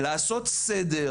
לעשות דבר,